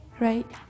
right